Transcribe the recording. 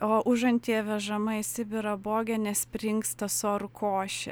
o užantyje vežama į sibirą bogenė springsta sorų koše